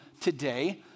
today